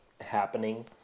happening